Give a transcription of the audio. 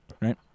Right